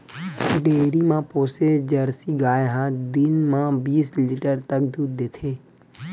dairy म पोसे Jersey गाय ह दिन म बीस लीटर तक दूद देथे